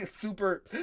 super